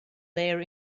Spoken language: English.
their